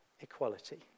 equality